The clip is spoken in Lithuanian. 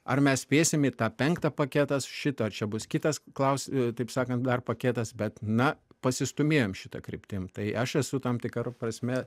ar mes spėsim į tą penktą paketas šito arčia bus kitas klaus taip sakant dar paketas bet na pasistūmėjom šita kryptim tai aš esu tam tikra prasme